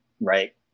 right